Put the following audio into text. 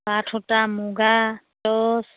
পাট সূতা মুগা টছ